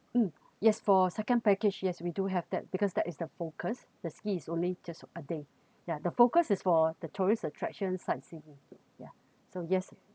mm yes for second package yes we do have that because that is the focus the ski is only just a day ya the focus is for the tourist attractions sightseeing ya so yes